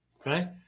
Okay